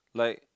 like